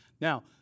Now